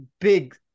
big